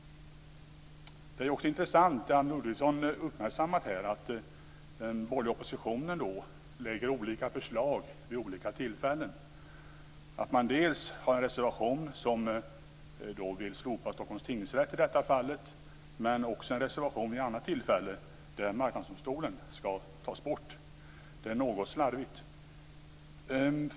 Det som Anne Ludvigsson har uppmärksammat om att den borgerliga oppositionen lägger fram olika förslag vid olika tillfällen är intressant. Dels skriver man en reservation där man vill slopa Stockholms tingsrätt i det här fallet, dels en reservation vid ett annat tillfälle där man vill ta bort Marknadsdomstolen. Det är något slarvigt.